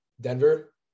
Denver